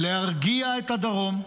להרגיע את הדרום,